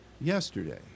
yesterday